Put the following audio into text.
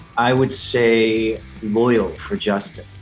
i would say loyal for justin.